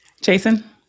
Jason